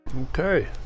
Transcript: Okay